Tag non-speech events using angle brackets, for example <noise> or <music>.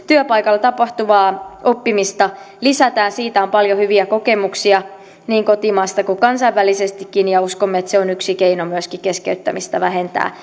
työpaikalla tapahtuvaa oppimista lisätään siitä on paljon hyviä kokemuksia niin kotimaasta kuin kansainvälisestikin ja uskomme että se on yksi keino myöskin keskeyttämistä vähentää <unintelligible>